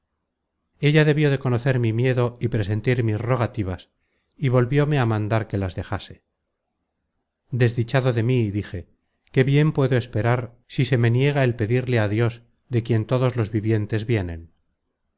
ella debió de conocer mi miedo y presentir mis rogativas y volvióme á mandar que las dejase desdichado de mí dije qué bien puedo esperar si se me niega el pedirle á dios de quien todos los bienes vienen